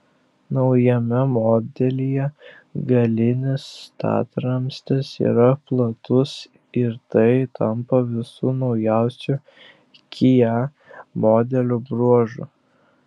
naujame modelyje galinis statramstis yra platus ir tai tampa visų naujausių kia modelių bruožu